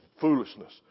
foolishness